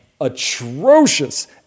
atrocious